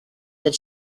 that